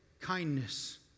kindness